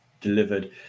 delivered